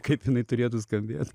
kaip jinai turėtų skambėt